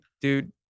dude